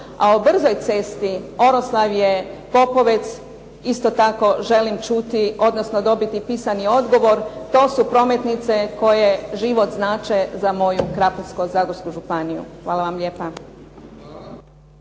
a o brzoj cesti Oroslavje-Popovec isto tako želim čuti, odnosno dobiti pisani odgovor. To su prometnice koje život znače za moju Krapinsko-zagorsku županiju. Hvala vam lijepa.